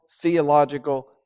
theological